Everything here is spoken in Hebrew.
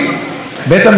בסופו של דבר,